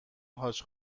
حاج